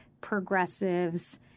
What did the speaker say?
progressives